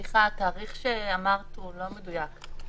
סליחה, התאריך שאמרת הוא לא מדויק.